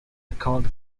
record